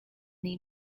the